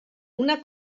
una